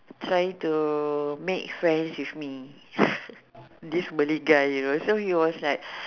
trying to make friends with me this Malay guy you know so he was like